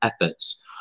efforts